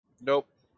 Nope